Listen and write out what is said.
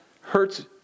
hurts